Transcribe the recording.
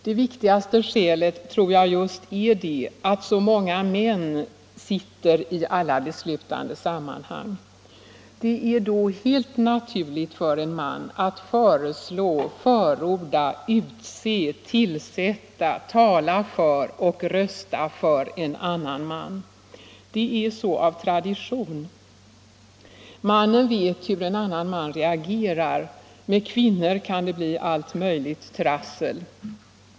Det viktigaste skälet tror jag just är att det sitter så många män i alla beslutande sammanhang. Det är då helt naturligt för en man att föreslå, förorda, utse, tillsätta, tala för och rösta för en annan man. Det är så av tradition. Mannen vet hur en annan man reagerar, med kvinnor kan det bli allt möjligt trassel.